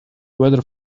weather